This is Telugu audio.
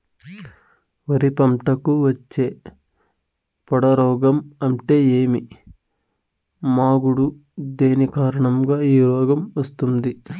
వరి పంటకు వచ్చే పొడ రోగం అంటే ఏమి? మాగుడు దేని కారణంగా ఈ రోగం వస్తుంది?